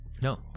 No